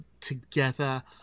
together